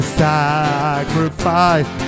sacrifice